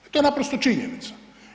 I to je naprosto činjenica.